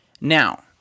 Now